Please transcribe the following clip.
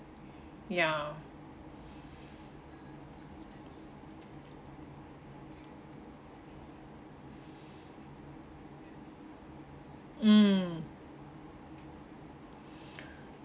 ya mm